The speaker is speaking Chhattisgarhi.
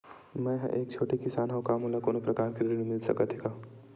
मै ह एक छोटे किसान हंव का मोला कोनो प्रकार के ऋण मिल सकत हे का?